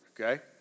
okay